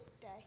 day